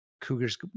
cougars